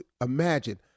imagine